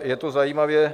Je to zajímavě...